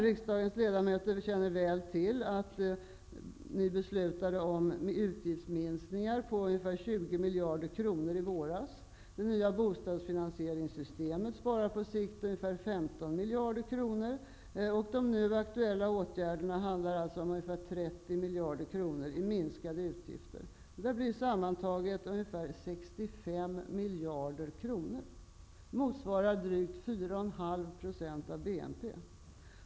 Riksdagens ledamöter känner väl till att riksdagen beslutade om utgiftsminskningar på ungefär 20 miljarder kronor i våras. Det nya bostadsfinansieringssystemet sparar på sikt ungefär 15 miljarder kronor. De nu aktuella åtgärderna ger ungefär 30 miljarder kronor i minskade utgifter. Det blir sammantaget ungefär 65 miljarder kronor. Det motsvarar drygt 4,5 % av BNP.